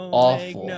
awful